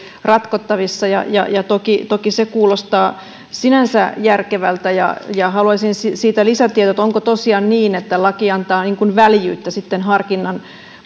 ratkottavissa toki toki se kuulostaa sinänsä järkevältä ja ja haluaisin siitä lisätietoja onko tosiaan niin että laki antaa väljyyttä sitten harkinnan